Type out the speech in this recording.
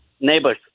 Neighbors